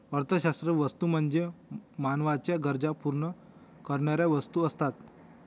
अर्थशास्त्रात वस्तू म्हणजे मानवाच्या गरजा पूर्ण करणाऱ्या वस्तू असतात